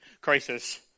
crisis